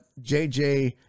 JJ